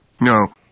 No